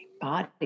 body